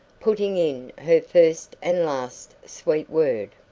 putting in her first and last sweet word.